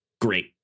Great